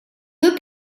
deux